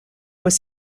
was